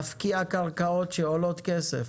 להפקיע קרקעות שעולות כסף,